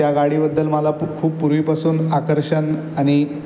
त्या गाडीबद्दल मला पु खूप पूर्वीपासून आकर्षण आणि